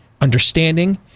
understanding